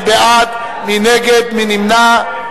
מי בעד, מי נגד, מי נמנע?